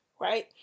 right